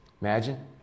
Imagine